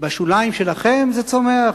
בשוליים שלכם זה צומח,